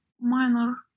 minor